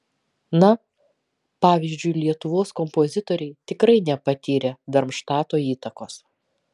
na pavyzdžiui lietuvos kompozitoriai tikrai nepatyrė darmštato įtakos